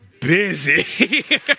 Busy